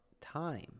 time